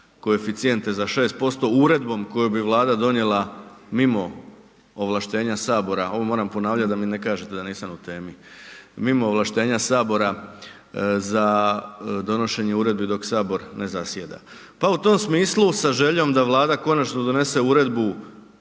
koeficijente za 6% uredbom koju bi Vlada donijela mimo ovlaštenja sabora, ovo moram ponavljati da mi ne kažete da nisam u temi, mimo ovlaštenja sabora za donošenje uredbi dok sabor ne zasjeda. Pa u tom smislu, sa željom da Vlada konačno donese uredbu